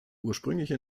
ursprüngliche